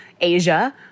Asia